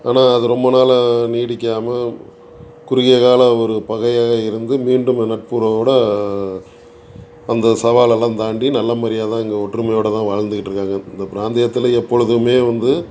ஆனால் அது ரொம்ப நாளாக நீடிக்காமல் குறுகிய கால ஒரு பகையாக இருந்து மீண்டும் நட்புறவோட அந்த சவாலெல்லாம் தாண்டி நல்ல மாரியாக தான் இங்கே ஒற்றுமையோட தான் வாழ்ந்துக்கிட்டுருக்காங்க இந்த பிராந்தியத்தில் எப்பொழுதுமே வந்து